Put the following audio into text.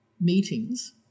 meetings